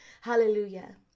Hallelujah